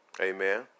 amen